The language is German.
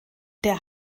der